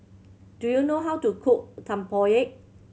do you know how to cook Tempoyak